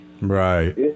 Right